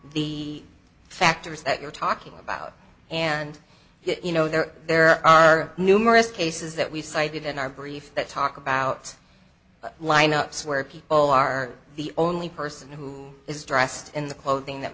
the factors that you're talking about and you know there there are numerous cases that we've cited in our brief that talk about lineups where people are the only person who is dressed in the clothing that